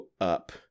up